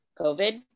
COVID